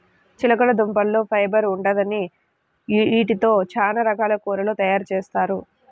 చిలకడదుంపల్లో ఫైబర్ ఉండిద్దంట, యీటితో చానా రకాల కూరలు తయారుజేత్తారు